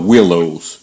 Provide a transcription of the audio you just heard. Willows